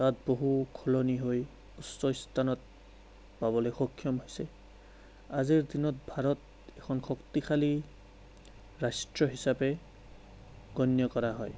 তাত বহু সলনি হৈ উচ্চ স্থানত পাবলৈ সক্ষম হৈছে আজিৰ দিনত ভাৰত এখন শক্তিশালী ৰাষ্ট্ৰ হিচাপে গণ্য কৰা হয়